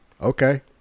okay